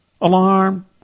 Alarm